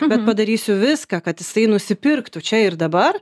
bet padarysiu viską kad jisai nusipirktų čia ir dabar